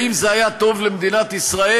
האם זה היה טוב למדינת ישראל?